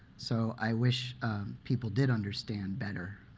so i wish people did understand better,